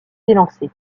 élancé